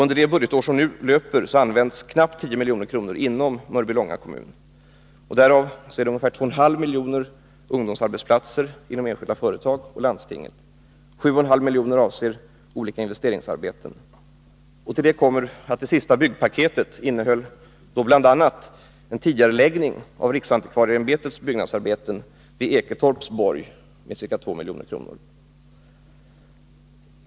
Under det budgetår som nu löper används knappt 10 milj.kr. inom Mörbylånga kommun. Därav går ungefär 2,5 milj.kr. till ungdomsarbetsplatser inom enskilda företag och landstinget. 7,5 milj.kr. avser olika investeringsarbeten. Det senaste byggpaketet innehöll bl.a. en tidigareläggning av riksantikvarieämbetets byggnadsarbeten vid Eketorps borg, vilket kostar ca 2 milj.kr.